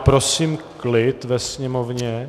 Prosím klid ve sněmovně.